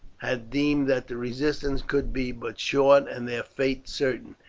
had deemed that the resistance could be but short and their fate certain.